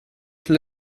till